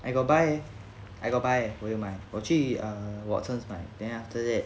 I got buy eh I got buy 我有买我去 err Watsons 买 then after that